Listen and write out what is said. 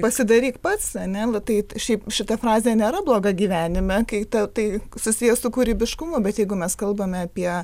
pasidaryk pats ane nu tai šiaip šita frazė nėra bloga gyvenime kai tau tai susiję su kūrybiškumu bet jeigu mes kalbame apie